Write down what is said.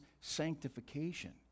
sanctification